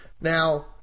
now